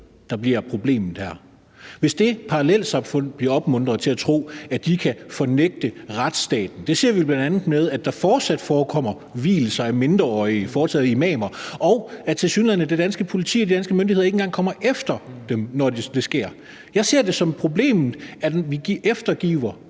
er et problem, hvis det parallelsamfund bliver opmuntret til at tro, at de kan fornægte retsstaten – det ser vi bl.a., ved at der fortsat forekommer vielser af mindreårige foretaget af imamer, og at det danske politi og de danske myndigheder tilsyneladende ikke engang kommer efter dem, når det sker. Jeg ser det som et problem, at vi er eftergivende,